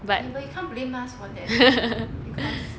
but you but you can't blame us for that because